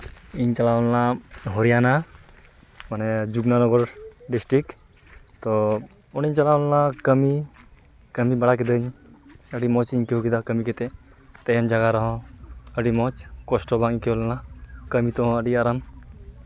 ᱤᱧ ᱪᱟᱞᱟᱣ ᱞᱮᱱᱟ ᱦᱚᱨᱤᱭᱟᱱᱟ ᱢᱟᱱᱮ ᱡᱩᱵᱽᱱᱟᱱᱚᱜᱚᱨ ᱰᱤᱥᱴᱤᱠ ᱛᱚ ᱚᱸᱰᱮᱧ ᱪᱟᱞᱟᱣ ᱞᱮᱱᱟ ᱠᱟᱹᱢᱤ ᱠᱟᱹᱢᱤ ᱵᱟᱲᱟ ᱠᱤᱫᱟᱹᱧ ᱟᱹᱰᱤ ᱢᱚᱡᱽ ᱤᱧ ᱟᱹᱭᱠᱟᱹᱣ ᱠᱮᱫᱟ ᱠᱟᱹᱢᱤ ᱠᱟᱛᱮ ᱛᱟᱦᱮᱱ ᱡᱟᱭᱜᱟ ᱨᱮᱦᱚᱸ ᱟᱹᱰᱤ ᱢᱚᱡᱽ ᱠᱚᱥᱴᱚ ᱵᱟᱝ ᱟᱹᱭᱠᱟᱹᱣ ᱞᱮᱱᱟ ᱠᱟᱹᱢᱤ ᱛᱮᱦᱚᱸ ᱟᱹᱰᱤ ᱟᱨᱟᱢ